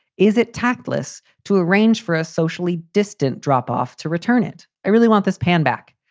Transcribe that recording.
is it tactless to arrange for a socially distant drop off to return it? i really want this pan back.